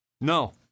No